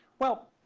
well,